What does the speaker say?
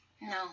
No